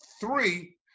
Three